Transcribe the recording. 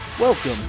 Welcome